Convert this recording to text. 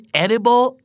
edible